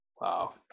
Wow